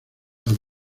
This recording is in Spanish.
dos